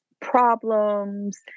problems